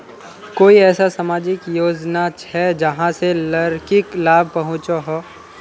कोई ऐसा सामाजिक योजना छे जाहां से लड़किक लाभ पहुँचो हो?